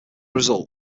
result